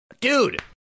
Dude